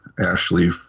ashley